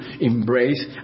embrace